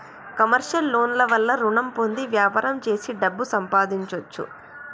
commercial loan ల వల్ల రుణం పొంది వ్యాపారం చేసి డబ్బు సంపాదించొచ్చు